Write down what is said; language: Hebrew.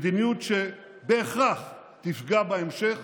מדיניות שבהכרח תפגע בהמשך